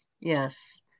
Yes